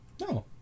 No